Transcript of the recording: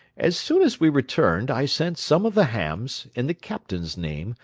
as soon as we returned i sent some of the hams, in the captain's name,